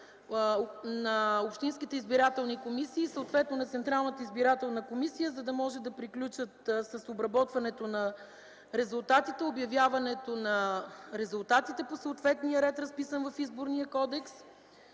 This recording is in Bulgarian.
на общинските избирателни комисии съответно на Централната избирателна комисия, за да може да приключат с изработването на резултатите, обявяването на резултатите по съответния ред, разписан в Изборния кодекс.